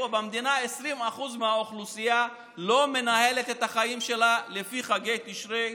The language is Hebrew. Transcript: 20% מהאוכלוסייה פה במדינה לא מנהלת את החיים שלה לפי חגי תשרי,